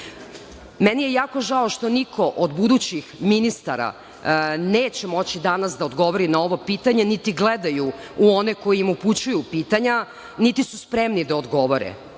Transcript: Meni je jako žao što niko od budućih ministara neće moći danas da odgovori na ovo pitanje niti gledaju u one koji im upućuju pitanja, niti su spremni da odgovore,